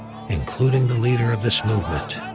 including the leader of this movement.